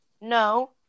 no